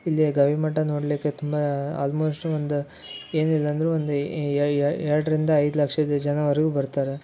ಇಲ್ಲಿಯ ಗವಿ ಮಠ ನೋಡಲಿಕ್ಕೆ ತುಂಬ ಆಲ್ಮೋಸ್ಟ್ ಒಂದು ಏನಿಲ್ಲ ಅಂದ್ರೂ ಒಂದು ಎರಡರಿಂದ ಐದು ಲಕ್ಷದ ಜನವರೆಗೂ ಬರ್ತಾರೆ